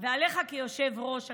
ועליך כיושב-ראש הכנסת,